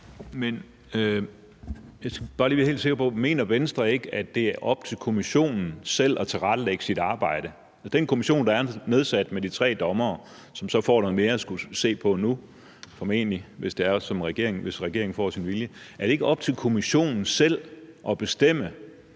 Mener Venstre ikke, at det er op til kommissionen selv at tilrettelægge sit arbejde, altså den kommission, der er nedsat med de tre dommere, som så formentlig får noget mere at skulle se på nu, hvis regeringen får sin vilje? Er det ikke op til kommissionen selv at bestemme